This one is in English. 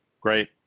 Great